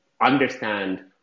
understand